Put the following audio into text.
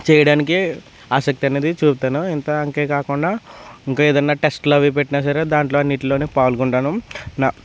చేయడానికి ఆసక్తి అనేది చూపుతాను ఇంకా అంతేకాకుండా ఇంకా ఏదైనా టెస్ట్లు అవీ పెట్టినా సరే దానిలో అన్నిట్లోనూ పాల్గొంటాను నా